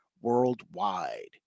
worldwide